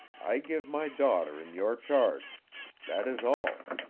i give my daughter in your charge that is all.